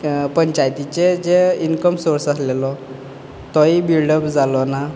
पंचायतीचें जें income source आसलेलो तोवूय बिल्टअप जालो ना